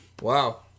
Wow